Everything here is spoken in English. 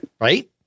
Right